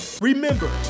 Remember